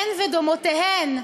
הן ודומותיהן,